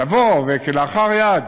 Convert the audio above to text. לבוא וכלאחר יד